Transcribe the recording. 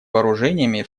вооружениями